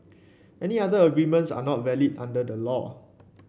any other agreements are not valid under the law